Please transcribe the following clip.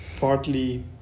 partly